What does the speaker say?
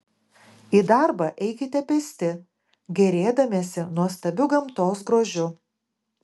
į darbą eikite pėsti gėrėdamiesi nuostabiu gamtos grožiu